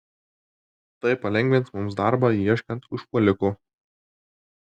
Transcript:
tai palengvins mums darbą ieškant užpuoliko